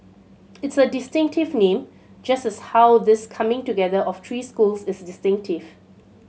it's a distinctive name just as how this coming together of three schools is distinctive